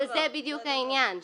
זה בדיוק העניין,